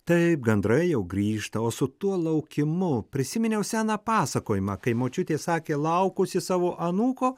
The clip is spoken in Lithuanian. taip gandrai jau grįžta o su tuo laukimu prisiminiau seną pasakojimą kai močiutė sakė laukusi savo anūko